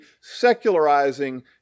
secularizing